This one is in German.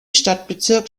stadtbezirk